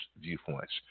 Viewpoints